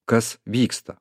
kas vyksta